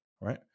right